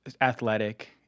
athletic